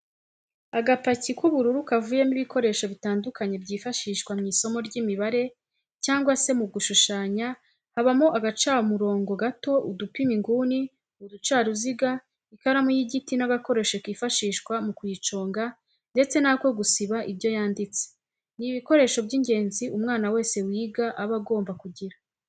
Agapaki k'ubururu kavuyemo ibikoresho bitandukanye byifashishwa mw'isomo ry'imibare cyangwa se mu gushushanya habamo agacamurobo gato, udupima inguni, uducaruziga ,ikaramu y'igiti n'agakoresho kifashishwa mu kuyiconga ndetse n'ako gusiba ibyo yanditse, ni ibikoresho by'ingenzi umwana wese wiga aba agomba kugira.